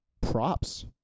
Props